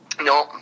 No